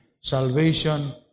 salvation